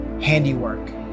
handiwork